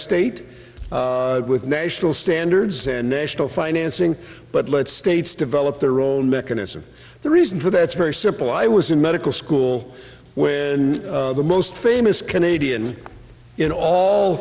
state with national standards and national financing but let states develop their own mechanism the reason for that it's very simple i was in medical school when the most famous canadian